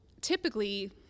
typically